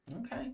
Okay